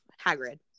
Hagrid